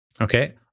Okay